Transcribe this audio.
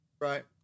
Right